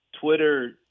Twitter